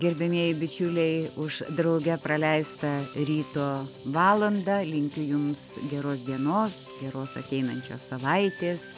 gerbiamieji bičiuliai už drauge praleistą ryto valandą linkiu jums geros dienos geros ateinančios savaitės